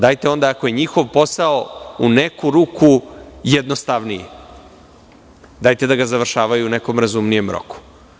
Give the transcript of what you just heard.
Dajte onda, ako je njihov posao u neku ruku jednostavniji, da ga završavaju u nekom razumnijem roku.